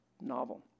novel